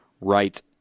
right